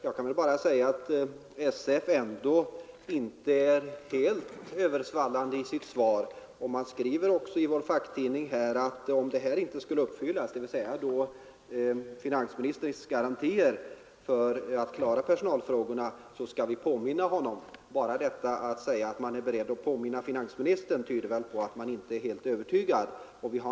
Jag kan bara säga att Statsanställdas förbund ändå inte är helt översvallande i sitt yttrande. Man skriver också i vår facktidning att om finansministerns garantier inte skulle uppfyllas när det gäller att klara personalfrågorna skall man påminna honom. Bara detta att man säger att man är beredd att påminna finansministern tyder väl på att man inte är helt övertygad.